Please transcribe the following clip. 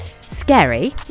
Scary